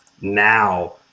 now